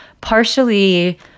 partially